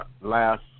last